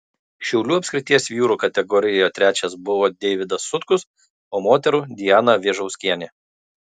šiaulių apskrities vyrų kategorijoje trečias buvo deivydas sutkus o moterų diana vėžauskienė